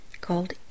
Called